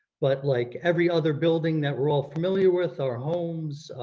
but like every other building that we're all familiar with, our homes,